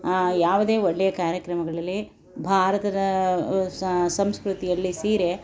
ಯಾವುದೇ ಒಳ್ಳೆಯ ಕಾರ್ಯಕ್ರಮಗಳಿರಲಿ ಭಾರತದ ಸಂಸ್ಕೃತಿಯಲ್ಲಿ ಸೀರೆ